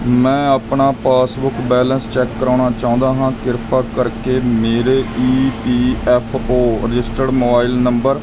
ਮੈਂ ਆਪਣਾ passbook balance check ਕਰਵਾਉਣਾ ਚਾਹੁੰਦਾ ਹਾਂ ਕਿਰਪਾ ਕਰਕੇ ਮੇਰੇ E P F O registered mobile number